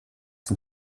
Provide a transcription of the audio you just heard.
den